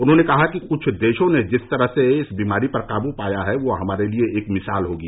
उन्होंने कहा कि कुछ देशों ने जिस तरह से इस बीमारी पर काबू पाया है वो हमारे लिए एक मिसाल होगी